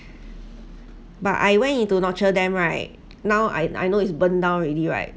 but I went into notre dame right now I I know it's burned down already right